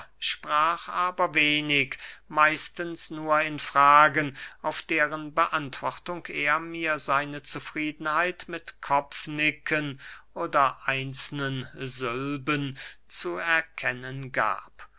sprach aber wenig meistens nur in fragen auf deren beantwortung er mir seine zufriedenheit mit kopfnicken oder einzelnen sylben zu erkennen gab